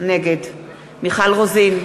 נגד מיכל רוזין,